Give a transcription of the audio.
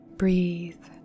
breathe